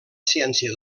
ciència